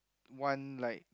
one like